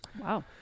Wow